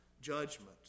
judgment